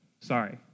Sorry